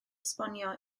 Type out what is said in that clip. esbonio